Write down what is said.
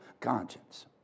conscience